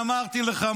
אני אמרתי לך,